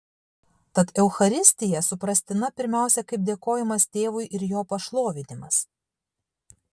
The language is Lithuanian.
tad eucharistija suprastina pirmiausia kaip dėkojimas tėvui ir jo pašlovinimas